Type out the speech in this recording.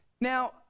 Now